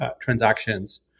transactions